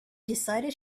decided